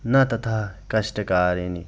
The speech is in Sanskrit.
न तथा कष्टकारिणी